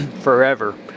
forever